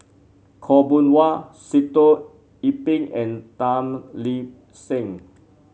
Khaw Boon Wan Sitoh Yih Pin and Tan Lip Seng